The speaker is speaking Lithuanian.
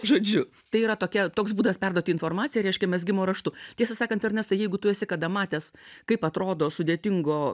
žodžiu tai yra tokia toks būdas perduoti informaciją reiškia mezgimo raštu tiesą sakant ernestai jeigu tu esi kada matęs kaip atrodo sudėtingo